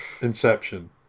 Inception